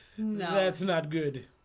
that's not good